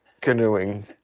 canoeing